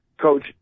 Coach